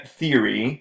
theory